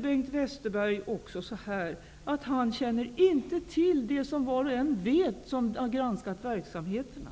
Bengt Westerberg säger också att han inte känner till det som var och en vet som har granskat verksamheterna,